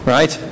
Right